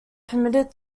permitted